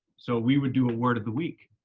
so we would do a word of the week.